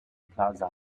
plaza